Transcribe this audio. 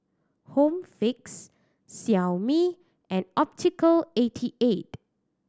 Home Fix Xiaomi and Optical eighty eight